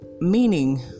meaning